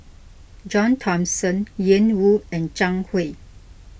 John Thomson Ian Woo and Zhang Hui